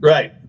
Right